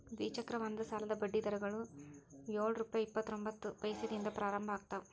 ದ್ವಿಚಕ್ರ ವಾಹನದ ಸಾಲದ ಬಡ್ಡಿ ದರಗಳು ಯೊಳ್ ರುಪೆ ಇಪ್ಪತ್ತರೊಬಂತ್ತ ಪೈಸೆದಿಂದ ಪ್ರಾರಂಭ ಆಗ್ತಾವ